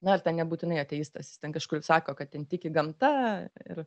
na ar ten nebūtinai ateistas jis ten kažkur sako kad ten tiki gamta ir